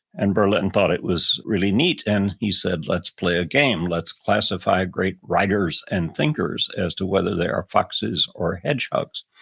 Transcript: and berlin and thought it was really neat and he said, let's play a game. let's classify great writers and thinkers as to whether they are foxes or hedgehogs.